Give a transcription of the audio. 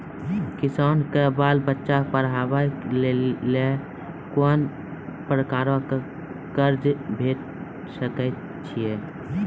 किसानक बाल बच्चाक पढ़वाक लेल कून प्रकारक कर्ज भेट सकैत अछि?